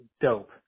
dope